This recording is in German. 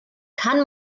kann